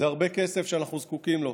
זה כסף שאנחנו זקוקים לו.